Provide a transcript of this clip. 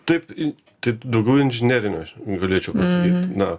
taip i kad daugiau inžinerinio aš galėčiau pasakyt na